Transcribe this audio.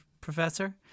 Professor